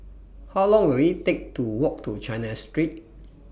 How Long Will IT Take to Walk to China Street